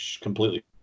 completely